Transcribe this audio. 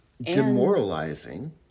demoralizing